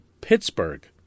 Pittsburgh